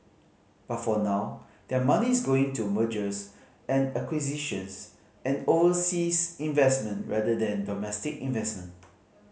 but for now their money is going to mergers and acquisitions and overseas investment rather than domestic investment